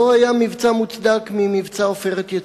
לא היה מבצע מוצדק ממבצע "עופרת יצוקה",